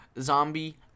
zombie